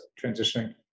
transitioning